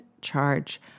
charge